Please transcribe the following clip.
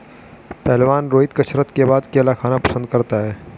पहलवान रोहित कसरत के बाद केला खाना पसंद करता है